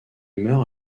meurt